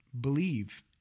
believe